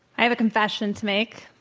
i have a confession to make.